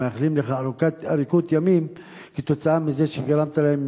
מאחלים לך אריכות ימים כתוצאה מזה שנתת להם